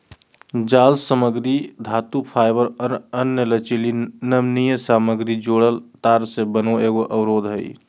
जालसामग्री धातुफाइबर और अन्य लचीली नमनीय सामग्री जोड़ल तार से बना एगो अवरोध हइ